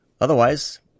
otherwise